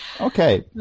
Okay